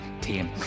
team